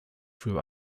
für